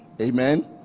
Amen